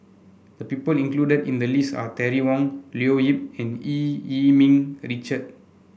the people included in the list are Terry Wong Leo Yip and Eu Yee Ming Richard